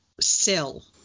sell